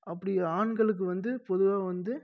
அப்படி ஆண்களுக்கு வந்து பொதுவாக வந்து